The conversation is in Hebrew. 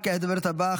וכעת הדוברת הבאה,